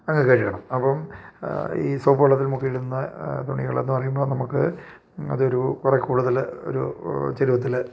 അങ്ങ് കഴുകണം അപ്പം ഈ സോപ്പ് വള്ളത്തിൽ മുക്കി ഇടുന്ന തുണികളെന്ന് പറയുമ്പം നമുക്ക് അത് ഒരു കുറേ കൂടുതൽ ഒരൂ ചരുവത്തിൽ